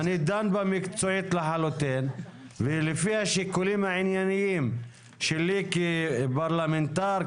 אני דן בה מקצועית לחלוטין ולפי השיקולים הענייניים שלי כפרלמנטר,